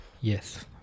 Yes